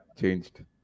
changed